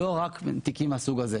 לא רק תיקים מהסוג הזה.